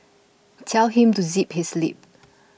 tell him to zip his lip